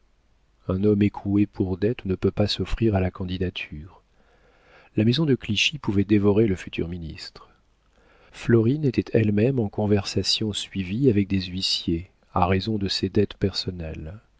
un homme écroué pour dettes ne peut pas s'offrir à la candidature la maison de clichy pouvait dévorer le futur ministre florine était elle-même en conversation suivie avec des huissiers à raison de ses dettes personnelles